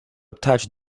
touched